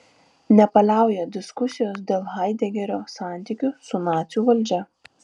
nepaliauja diskusijos dėl haidegerio santykių su nacių valdžia